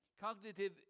cognitive